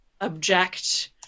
object